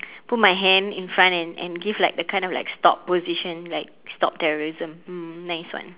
put my hand in front and and give like a kind of like stop position like stop terrorism mm nice one